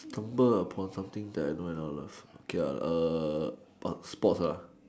stumble upon something that I know and I'll love okay ah err ah sport lah